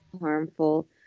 harmful